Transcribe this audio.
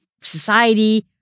society